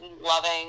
loving